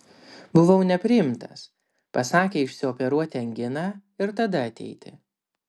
buvau nepriimtas pasakė išsioperuoti anginą ir tada ateiti